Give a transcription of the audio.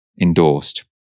endorsed